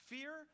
Fear